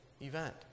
event